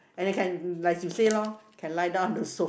and you can like you said lor can lie down on the so~